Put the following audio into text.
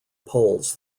polls